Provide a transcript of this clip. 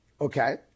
okay